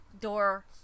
door